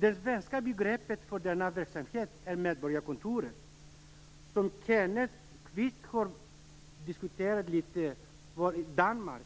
Det svenska begreppet för denna verksamhet är medborgarkontor. Kenneth Kvist talade litet om Danmark.